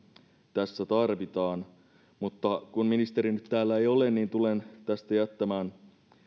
tässä tarvitaan mutta kun ministeri nyt ei täällä ole niin tulen tästä jättämään